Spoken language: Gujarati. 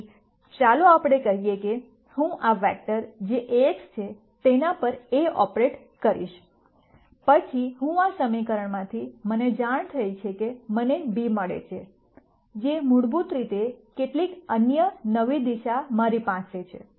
તેથી ચાલો આપણે કહીએ કે હું આ વેક્ટર જે Ax છે તેના પર A ઓપરેટ કરીશ પછી હું આ સમીકરણમાંથી મને જાણ થઇ છે કે મને b મળે છે જે મૂળભૂત રીતે કેટલીક અન્ય નવી દિશા મારી પાસે છે